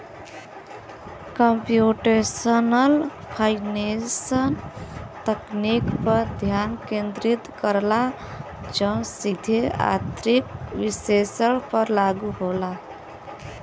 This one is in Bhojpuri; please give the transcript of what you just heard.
कम्प्यूटेशनल फाइनेंस तकनीक पर ध्यान केंद्रित करला जौन सीधे आर्थिक विश्लेषण पर लागू होला